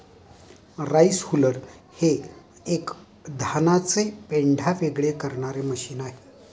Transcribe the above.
rice huller हे एक धानाचे पेंढा वेगळे करणारे मशीन आहे